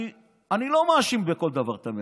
אני לא מאשים בכל דבר את הממשלה,